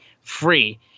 free